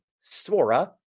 Sora